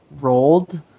rolled